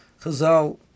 Chazal